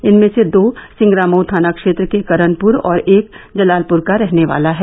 इनमें से दो सिंगरामऊ थाना क्षेत्र के करनप्र और एक जलालप्र का रहने वाला है